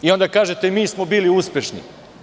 I onda kažete mi smo bili uspešni.